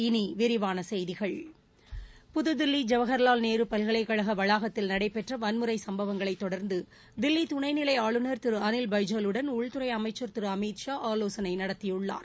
இனி விரிவான செய்திகள் ஜவஹர்லால் நேரு பல்கலைக்கழக வளாகத்தில் நடைபெற்ற புதுதில்லி வன்முறை சும்பவங்களை தொடர்ந்து தில்லி துணை நிலை ஆளுநர் திரு அனில் பைஜாலுடன் உள்துறை அமைச்சர் திரு அமித் ஷா ஆலோசனை நடத்தியுள்ளார்